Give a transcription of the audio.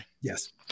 Yes